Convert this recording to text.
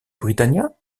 britannia